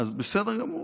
אז בסדר גמור.